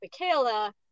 Michaela